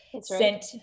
sent